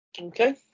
Okay